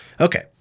Okay